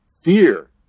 Fear